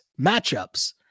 matchups